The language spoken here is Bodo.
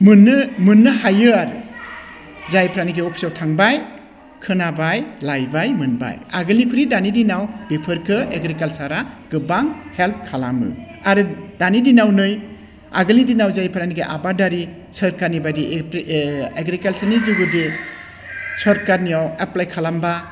मोननो मोननो हायो आरो जायफ्रानोखि अफिसाव थांबाय खोनाबाय लायबाय मोनबाय आगोलनिख्रुइ दानि दिनाव बेफोरखौ एग्रिकालसारआ गोबां हेल्प खालामो आरो दानि दिनाव नै आगोलनि दिनाव जायफ्रानोखि आबादारि सोरखारनिबादि एग्रिकालसारनि जुगिदि सरखारनियाव एप्लाइ खालामबा